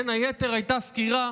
בין היתר הייתה סקירה